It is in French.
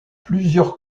plusieurs